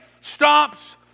stops